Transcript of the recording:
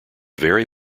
very